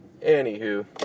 anywho